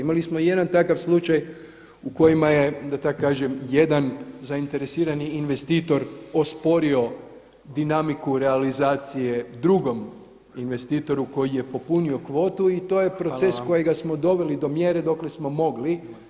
Imali smo jedan takav slučaj u kojima je da tako kažem jedan zainteresirani investitor osporio dinamiku realizacije drugom investitoru koji je popunio kvotu i to je proces [[Upadica Jandroković: Hvala vam.]] kojega smo doveli do mjere dokle smo mogli.